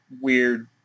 weird